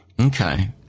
Okay